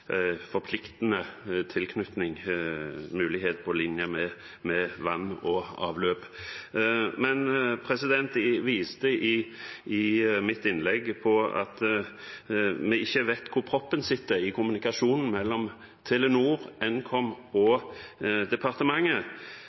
forpliktende tilknytning – en mulighet på linje med vann og avløp. Jeg viste i mitt innlegg til at vi ikke vet hvor proppen sitter i kommunikasjonen mellom Telenor, Nkom og departementet.